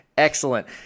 Excellent